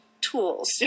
tools